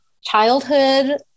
Childhood